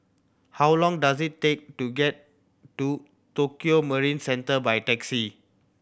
how long does it take to get to Tokio Marine Centre by taxi